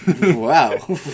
Wow